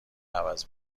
عوض